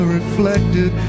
reflected